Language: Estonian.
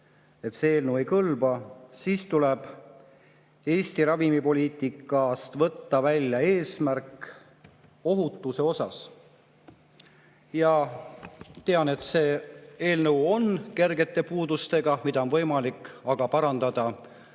see eelnõu ei kõlba, siis tuleb Eesti ravimipoliitikast võtta välja ohutuse eesmärk. Tean, et see eelnõu on kergete puudustega. Neid on võimalik aga parandada